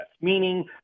meaning